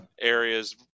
areas